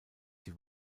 sie